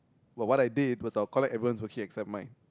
but what I did was I will collect everyone's worksheet except mine